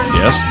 yes